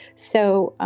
so, ah